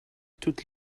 toute